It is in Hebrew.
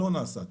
לא נעשה היטב.